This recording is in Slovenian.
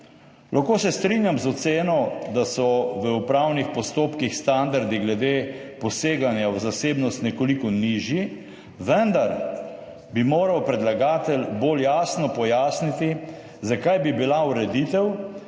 »Lahko se strinjam z oceno, da so v upravnih postopkih standardi glede poseganja v zasebnost nekoliko nižji, vendar bi moral predlagatelj bolj jasno pojasniti, zakaj bi bila ureditev,